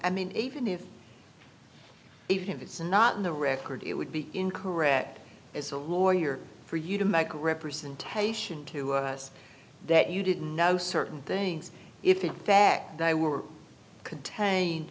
i mean even if if it's not in the record it would be incorrect as a lawyer for you to make representation to us that you didn't know certain things if in fact they were contained